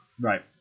Right